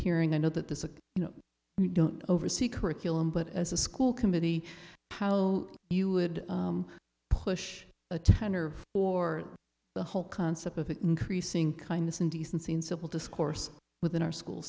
hearing i know that there's a you know you don't oversee curriculum but as a school committee how you would push the tenor or the whole concept of increasing kindness and decency in civil discourse within our school